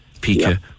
Pika